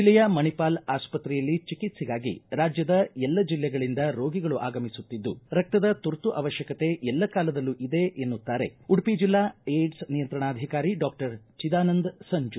ಜಿಲ್ಲೆಯ ಮಣಿಪಾಲ ಆಸ್ಪತ್ರೆಯಲ್ಲಿ ಚಿಕಿತ್ಸೆಗಾಗಿ ರಾಜ್ಯದ ಎಲ್ಲ ಜೆಲ್ಲೆಗಳಿಂದ ರೋಗಿಗಳು ಆಗಮಿಸುತ್ತಿದ್ದು ರಕ್ತದ ತುರ್ತು ಅವಶ್ಯಕತೆ ಎಲ್ಲ ಕಾಲದಲ್ಲೂ ಇದೆ ಎನ್ನುತ್ತಾರೆ ಉಡುಪಿ ಜಿಲ್ಲಾ ಏಡ್ಸ್ ನಿಯಂತ್ರಣಾಧಿಕಾರಿ ಡಾಕ್ಷರ್ ಚಿದಾನಂದ ಸಂಜು